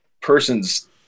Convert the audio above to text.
person's